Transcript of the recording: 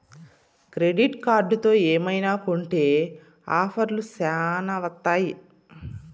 credit కార్డుతో ఏమైనా కొంటె ఆఫర్లు శ్యానా వత్తాయి